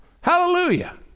Hallelujah